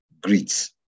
greet